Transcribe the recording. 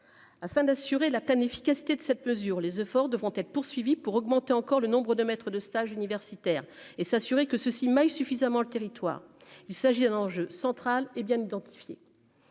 Afin d'assurer la pleine efficacité de cette mesure, les efforts devront être poursuivis pour augmenter encore le nombre de maître de stage, universitaires et s'assurer que ceux-ci mailles suffisamment le territoire, il s'agit d'un enjeu central hé bien identifié